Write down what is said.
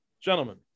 Gentlemen